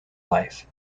life